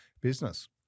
business